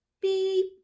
beep